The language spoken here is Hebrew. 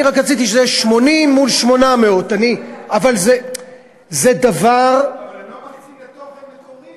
אני רק רציתי שזה יהיה 80 מול 800. אבל הם לא מקצים לתוכן מקורי.